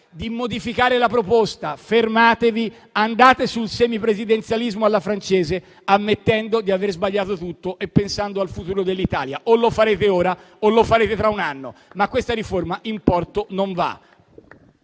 di modificare la proposta. Fermatevi, andate sul semipresidenzialismo alla francese, ammettendo di aver sbagliato tutto e pensando al futuro dell'Italia. O lo farete ora o lo farete fra un anno, ma questa riforma in porto non va.